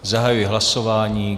Zahajuji hlasování.